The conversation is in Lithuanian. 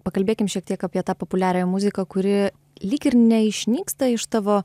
pakalbėkim šiek tiek apie tą populiariąją muziką kuri lyg ir neišnyksta iš tavo